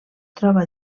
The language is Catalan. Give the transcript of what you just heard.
troba